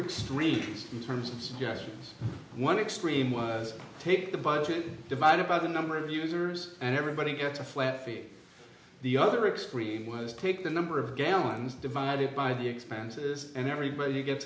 extremes in terms of suggestions one extreme was take the budget divided by the number of users and everybody gets a flat fee the other extreme was take the number of gallons divided by the expenses and everybody gets